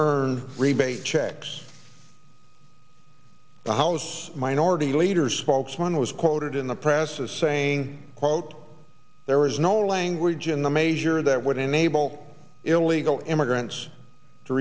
earn rebate checks the house minority leaders spokesman was quoted in the press as saying quote there is no language in the measure that would enable illegal immigrants to